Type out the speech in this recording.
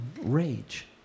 rage